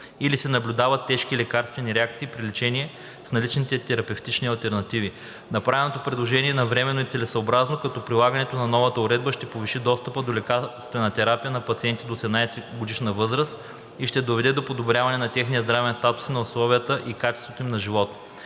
или се наблюдават тежки лекарствени реакции при лечение с наличните терапевтични алтернативи. Направеното предложение е навременно и целесъобразно, като прилагането на новата уредба ще повиши достъпа до лекарствена терапия на пациенти до 18-годишна възраст и ще доведе до подобряване на техния здравен статус и на условията и качеството им на живот.